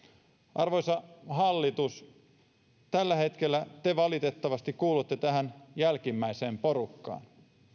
arvoisa hallitus tällä hetkellä te valitettavasti kuulutte tähän jälkimmäiseen porukkaan